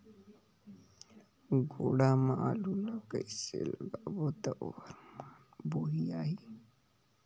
गोडा मा आलू ला कइसे लगाबो ता ओहार मान बेडिया होही?